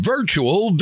Virtual